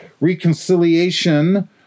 reconciliation